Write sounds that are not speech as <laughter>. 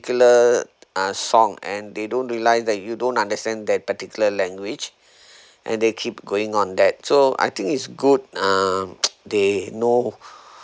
uh song and they don't realise that you don't understand that particular language and they keep going on that so I think it's good um <noise> they know